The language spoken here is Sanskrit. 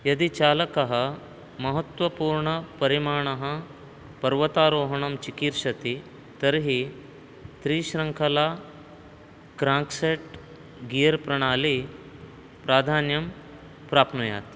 यदि चालकः महत्त्वपूर्णपरिमाणः पर्वतारोहणं चिकीर्षति तर्हि त्रिशृङ्खला क्राङ्कसेट् गियर् प्रणाली प्राधान्यं प्राप्नुयात्